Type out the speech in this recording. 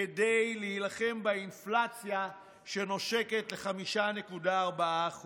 כדי להילחם באינפלציה שנושקת ל-5.4%.